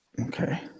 Okay